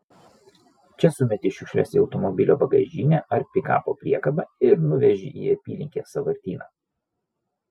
čia sumeti šiukšles į automobilio bagažinę ar pikapo priekabą ir nuveži į apylinkės sąvartyną